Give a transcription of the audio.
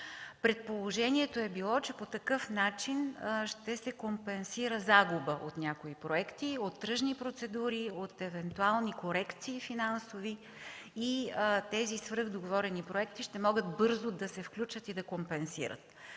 Предположението е било, че по такъв начин ще се компенсира загуба от някои проекти, от тръжни процедури, от евентуални финансови корекции и тези свръхдоговорени проекти ще могат бързо да се включат и да компенсират.